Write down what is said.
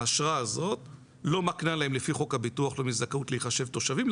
האשרה הזאת לא מקנה להם לפי חוק הביטוח הלאומי זכאות להיחשב תושבים,